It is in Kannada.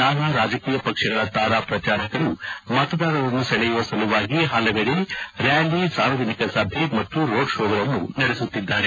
ನಾನಾ ರಾಜಕೀಯ ಪಕ್ಷಗಳ ತಾರಾ ಪ್ರಚಾರಕರು ಮತದಾರರನ್ನು ಸೆಳೆಯುವ ಸಲುವಾಗಿ ಹಲವೆಡೆ ರ್ಜಾಲಿ ಸಾರ್ವಜನಿಕ ಸಭೆ ಮತ್ತು ರೋಡ್ ಶೋಗಳನ್ನು ನಡೆಸುತ್ತಿದ್ದಾರೆ